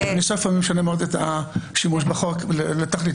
הניסוח משנה מאוד את השימוש בחוק לתכלית.